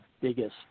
biggest